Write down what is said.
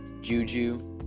Juju